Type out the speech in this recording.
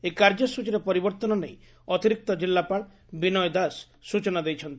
ଏହି କାର୍ଯ୍ୟସ୍ଚୀରେ ପରିବର୍ଭନ ନେଇ ଅତିରିକ୍ତ ଜିଲ୍ଲାପାଳ ବିନୟ ଦାସ ସୂଚନା ଦେଇଛନ୍ତି